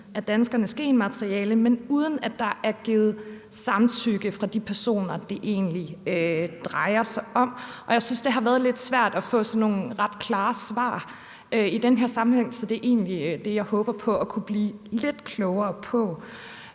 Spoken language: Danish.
danskeres genmateriale, men uden at der er givet samtykke af de personer, det drejer sig om. Jeg synes, det har været lidt svært at få nogle sådan klare svar i den her sammenhæng, så det er egentlig det, jeg håber på at kunne blive lidt klogere på.